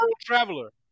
traveler